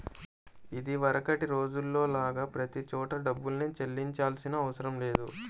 ఇదివరకటి రోజుల్లో లాగా ప్రతి చోటా డబ్బుల్నే చెల్లించాల్సిన అవసరం లేదు